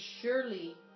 surely